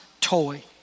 toy